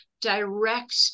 direct